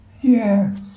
Yes